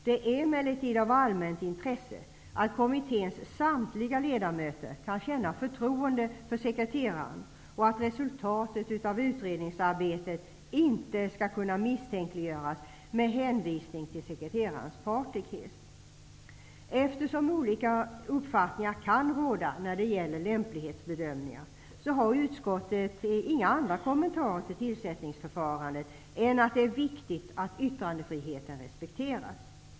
Det är emellertid av allmänt intresse att kommitténs samtliga ledamöter kan känna förtroende för sekreteraren och att resultatet av utredningsarbetet inte skall kunna misstänkliggöras med hänvisning till sekreterarens partiskhet. Eftersom olika uppfattningar kan råda när det gäller lämplighetsbedömningar, har utskottet inga andra kommentarer till tillsättningsförfarandet än att det är viktigt att yttrandefriheten respekteras.